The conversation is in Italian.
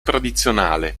tradizionale